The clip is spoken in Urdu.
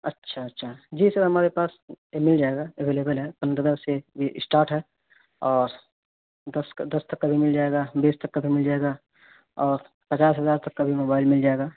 اچھا اچھا جی سر ہمارے پاس مل جائے گا اویلیبل ہے پندرہ سے یہ اسٹاٹ ہے اور دس کا دس تک کا بھی مل جائے گا بیس تک کا بھی مل جائے گا اور پچاس ہزار تک کا بھی موبائل مل جائے گا